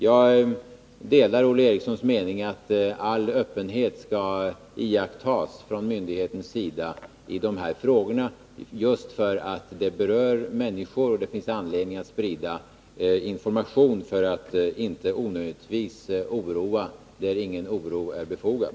Jag delar Olle Erikssons uppfattning att all öppenhet skall iakttas från myndighetens sida i de här frågorna, just därför att de berör människor och det finns anledning att sprida information för att inte onödigtvis oroa där ingen oro är befogad.